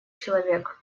человек